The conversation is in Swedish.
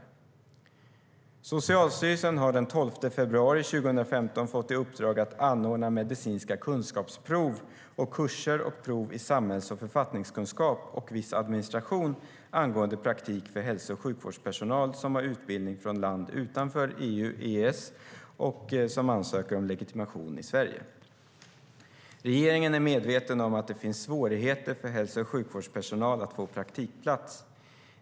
< EES och som ansöker om legitimation i Sverige. Regeringen är medveten om att det finns svårigheter för hälso och sjukvårdspersonal att få praktikplats.